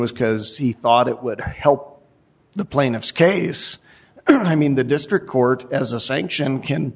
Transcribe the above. was because he thought it would help the plaintiff's case i mean the district court as a sanction